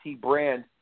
brand